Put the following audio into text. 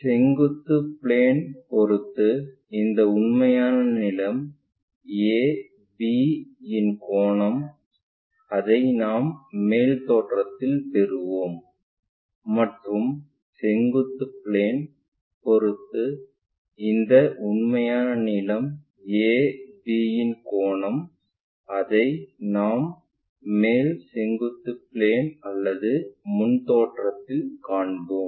செங்குத்து பிளேன் பொறுத்து இந்த உண்மையான நீளம் AB இன் கோணம் அதை நாம் மேல் தோற்றத்தில் பெறுவோம் மற்றும் செங்குத்து பிளேன் பொறுத்து இந்த உண்மையான நீளம் AB இன் கோணம் அதை நாம் மேல் செங்குத்து பிளேன்ல் அல்லது முன் தோற்றத்தில் காண்போம்